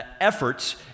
efforts